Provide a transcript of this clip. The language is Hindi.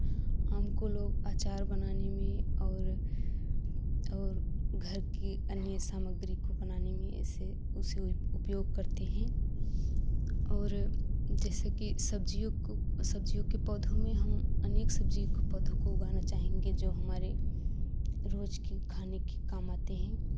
आम लोग अचार बनाने में और घर की अन्य सामग्री को बनाने में इसे उसे उपयोग करते है और जैसे कि सब्जियों को सब्जियों के पौधों में हम अनेक सब्जियों के पौधों को उगाना चाहेंगे जो हमारे रोज़ खाने के काम आते हैं